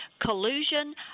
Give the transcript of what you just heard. collusion